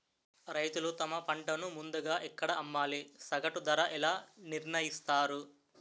రైతులు తమ పంటను ముందుగా ఎక్కడ అమ్మాలి? సగటు ధర ఎలా నిర్ణయిస్తారు?